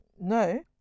No